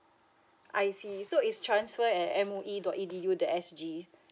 I see so it's transfer at M O E dot E_D_U dot S G